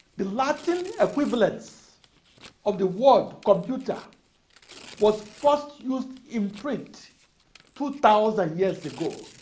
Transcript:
the latin equivalence of the word computer was first used in print two thousand years ago.